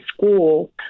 school